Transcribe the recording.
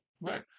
right